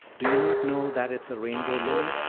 do you not know that it is a rainbow lily!